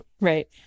right